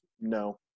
No